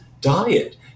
diet